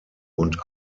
und